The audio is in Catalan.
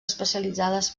especialitzades